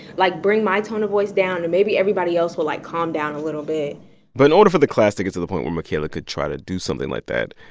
like, bring my tone of voice down and maybe everybody else will, like, calm down a little bit but in order for the class to get to the point where michaela could try to do something like that,